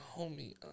homie